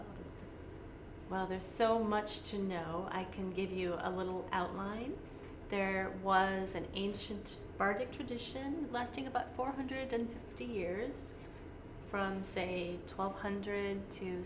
t well there's so much to know i can give you a little outline there was an ancient bardic tradition lasting about four hundred and fifty years from say twelve